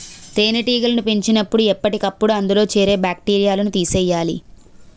తేనెటీగలను పెంచినపుడు ఎప్పటికప్పుడు అందులో చేరే బాక్టీరియాను తీసియ్యాలి